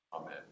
Amen